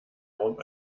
form